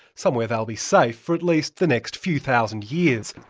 somewhere they'll be safe for at least the next few thousand years.